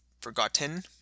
Forgotten